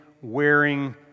wearing